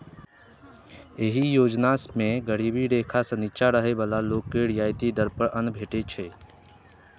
एहि योजना मे गरीबी रेखा सं निच्चा रहै बला लोक के रियायती दर पर अन्न भेटै छै